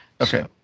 Okay